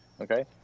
Okay